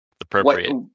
Appropriate